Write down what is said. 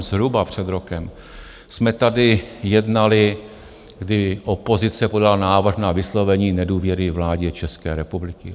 Zhruba před rokem jsme tady jednali, kdy opozice podala návrh na vyslovení nedůvěry vládě České republiky.